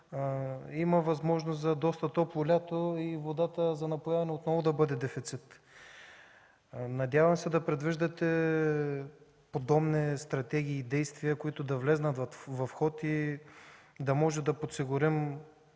има възможност за доста топло лято и водата за напояване отново да бъде дефицит. Надявам се да предвиждате подобни стратегии и действия, които да влязат в ход и да може да подсигурим